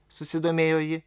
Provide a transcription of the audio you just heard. susidomėjo ji